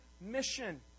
mission